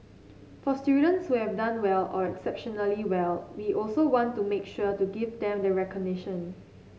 for students who have done well or exceptionally well we also want to make sure to give them the recognition